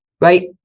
right